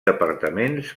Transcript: departaments